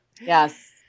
Yes